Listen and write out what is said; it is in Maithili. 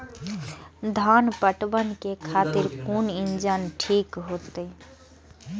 धान पटवन के खातिर कोन इंजन ठीक होते?